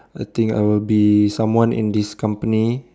I think I would be someone in this company